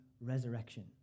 resurrection